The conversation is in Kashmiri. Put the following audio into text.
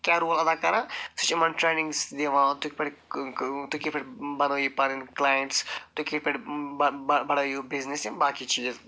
کیٚاہ رول ادا کَران سُہ چھُ یِمن ٹرٛینِنٛگٕس دِوان تُہۍ کِتھٕ پٲٹھۍ تُہۍ کِتھٕ پٲٹھۍ بنٲوِو پنٕنۍ کٕلاینٹس تُہۍ کتھٕ پٲٹھۍ بڈٲیِو بِزنِس یِم باقٕے چیٖز